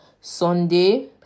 Sunday